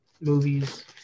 movies